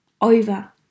over